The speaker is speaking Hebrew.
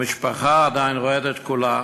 המשפחה עדיין רועדת כולה.